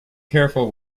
careful